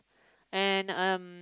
and um